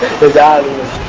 the values